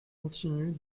continuent